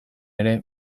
ere